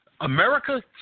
America